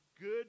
good